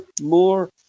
more